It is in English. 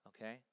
okay